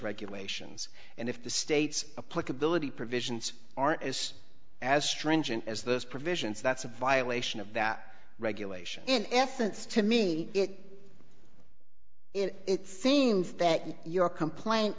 regulations and if the states a park ability provisions aren't as as stringent as those provisions that's a violation of that regulation in essence to me it it seems that your complaint